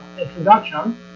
introduction